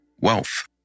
wealth